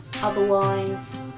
Otherwise